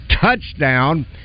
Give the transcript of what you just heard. touchdown